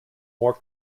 more